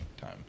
time